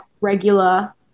regular